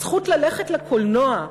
הזכות ללכת לקולנוע,